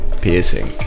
piercing